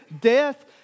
death